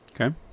Okay